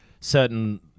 certain